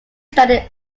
studied